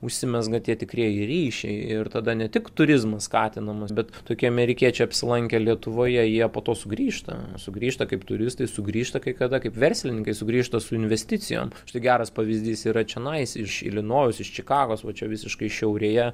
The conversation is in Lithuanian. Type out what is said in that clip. užsimezga tie tikrieji ryšiai ir tada ne tik turizmas skatinamas bet tokie amerikiečiai apsilankę lietuvoje jie po to sugrįžta sugrįžta kaip turistai sugrįžta kai kada kaip verslininkai sugrįžta su investicijom štai geras pavyzdys yra čionais iš ilinojaus iš čikagos va čia visiškai šiaurėje